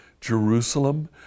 Jerusalem